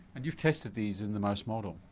and you've tested these in the mouse model?